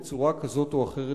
בצורה כזאת או אחרת,